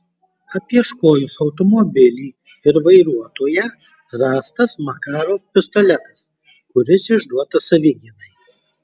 apieškojus automobilį ir vairuotoją rastas makarov pistoletas kuris išduotas savigynai